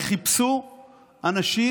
וחיפשו אנשים,